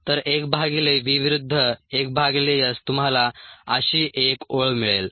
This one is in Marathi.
तर 1 भागिले v विरुद्ध 1 भागिले S तुम्हाला अशी एक ओळ मिळेल